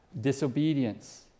Disobedience